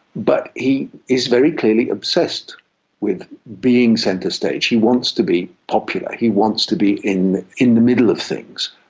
but he is very clearly obsessed with being centre stage. he wants to be popular, he wants to be in in the middle of things,